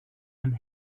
den